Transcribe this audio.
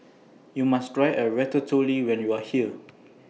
YOU must Try A Ratatouille when YOU Are here